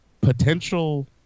potential